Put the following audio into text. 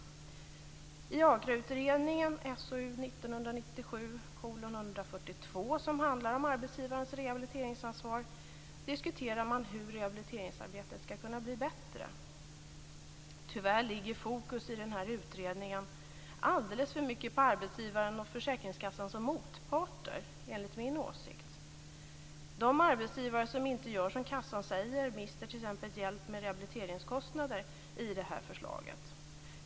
I AGRA-utredningen, SOU 1997:142, som handlar om arbetsgivarens rehabiliteringsansvar diskuterar man hur rehabiliteringsarbetet skall kunna bli bättre. Tyvärr ligger fokus i den utredningen alldeles för mycket på arbetsgivaren och försäkringskassan som motparter enligt min åsikt. De arbetsgivare som inte gör som kassan säger mister t.ex. hjälp med rehabiliteringskostnader i det här förslaget.